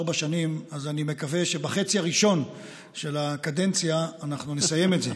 ארבע שנים אז אני מקווה שבחצי הראשון של הקדנציה אנחנו נסיים את זה.